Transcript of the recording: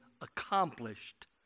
accomplished